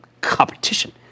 competition